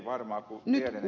arvoisa puhemies